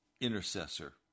intercessor